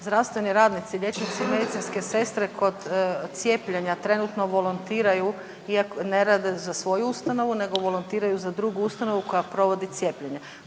Zdravstveni radnici, liječnici i medicinske sestre kod cijepljenja trenutno volontiraju iako ne rade za svoju ustanovu, nego volontiraju za drugu ustanovu koja provodi cijepljenje.